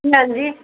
ਹਾਂਜੀ